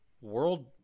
world